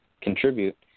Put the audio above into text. contribute